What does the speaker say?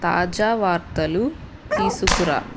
తాజా వార్తలు తీసుకురా